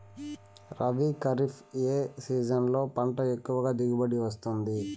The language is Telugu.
రబీ, ఖరీఫ్ ఏ సీజన్లలో పంట ఎక్కువగా దిగుబడి వస్తుంది